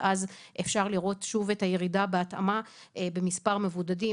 ואז אפשר לראות שוב את הירידה בהתאמה במספר מבודדים